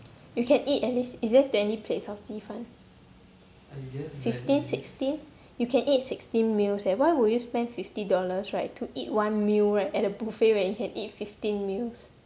you can eat at least is it twenty plates of 鸡饭 fifteen sixteen you can eat sixteen meals eh why would you spend fifty dollars right to eat one meal right at a buffet when you can eat fifteen meals